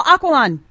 Aqualon